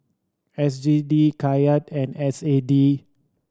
S G D Kyat and S A D